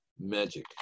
magic